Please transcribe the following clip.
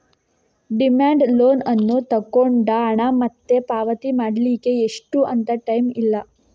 demand loan ಅಲ್ಲಿ ತಗೊಂಡ ಹಣ ಮತ್ತೆ ಪಾವತಿ ಮಾಡ್ಲಿಕ್ಕೆ ಇಷ್ಟು ಅಂತ ಟೈಮ್ ಇಲ್ಲ